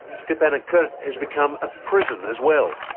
stepanakert has become a prison as well.